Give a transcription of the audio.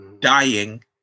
dying